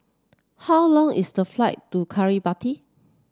how long is the flight to Kiribati